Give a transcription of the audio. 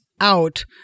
out